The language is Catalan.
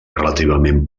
relativament